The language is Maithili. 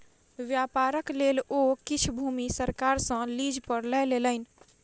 व्यापारक लेल ओ किछ भूमि सरकार सॅ लीज पर लय लेलैन